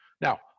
Now